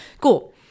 cool